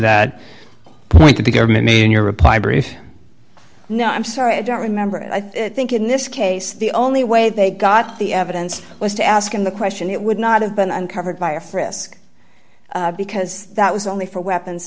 that point that the government made in your reply brief no i'm sorry i don't remember and i think in this case the only way they got the evidence was to ask him the question it would not have been uncovered by a frisk because that was only for weapons